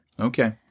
Okay